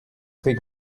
très